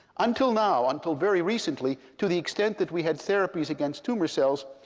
until now, until very recently, to the extent that we had therapies against tumor cells,